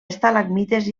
estalagmites